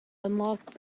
unlocked